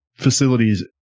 facilities